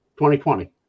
2020